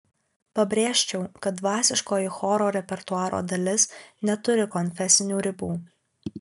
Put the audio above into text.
pabrėžčiau kad dvasiškoji choro repertuaro dalis neturi konfesinių ribų